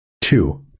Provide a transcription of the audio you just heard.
Two